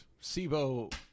Sibo